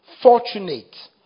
fortunate